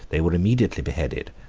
they were immediately beheaded,